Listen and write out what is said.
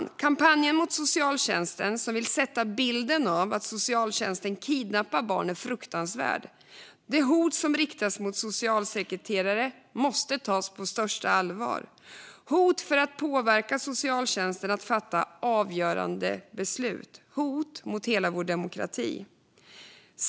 Den kampanj mot socialtjänsten som vill sätta bilden att socialtjänsten kidnappar barn är fruktansvärd. Det hot som riktas mot socialsekreterare måste tas på största allvar. Det handlar om hot för att påverka socialtjänsten att fatta avgörande beslut - hot mot hela vår demokrati.